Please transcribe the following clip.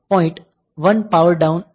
1 power down bit છે